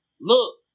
look